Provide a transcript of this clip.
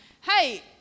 Hey